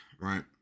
right